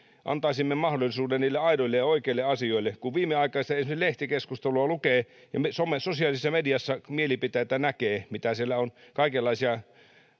antaisimme mahdollisuuden niille aidoille ja oikeille asioille kun viimeaikaista esimerkiksi lehtikeskustelua lukee ja sosiaalisessa mediassa mielipiteitä näkee mitä siellä on kaikenlaisia